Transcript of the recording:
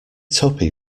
tuppy